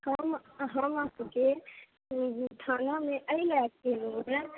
हम हम अहाँके थानामे एले आबि गेलौं हँ